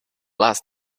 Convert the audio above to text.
last